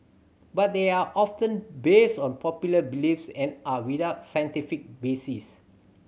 but they are often based on popular beliefs and are without scientific basis